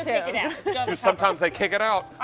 yeah sometimes they kick it out. i